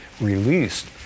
released